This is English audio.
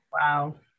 Wow